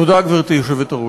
תודה, גברתי היושבת-ראש.